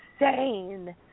insane